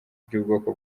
by’ubwoko